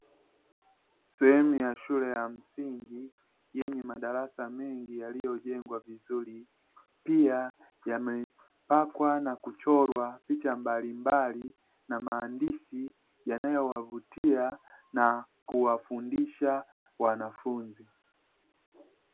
Sehemu ya shule ya msingi yenye madarasa mengi yaliyojengwa vizuri, piayamepakwa na kuchorwa picha mbalimbali za maandishi yanayowavutia na kuwafundisha wanafunzi. tanzania.